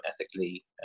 ethically